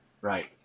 Right